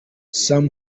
sam